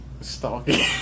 stalking